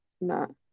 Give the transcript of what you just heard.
No